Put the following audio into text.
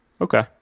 okay